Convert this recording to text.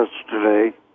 yesterday